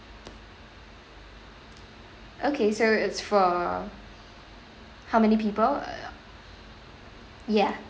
okay so it's for how many people uh ya